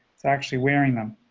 it's actually wearing them.